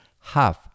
half